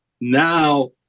Now